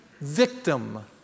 Victim